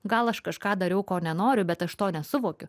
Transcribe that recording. gal aš kažką dariau ko nenoriu bet aš to nesuvokiu